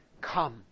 come